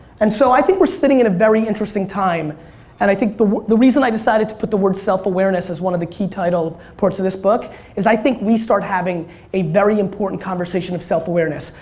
and so i think were sitting at a very interesting time and i think the the reason i decided to put the word self-awareness as one of the key title part of this book is i think we start having a very important conversation of self-awareness.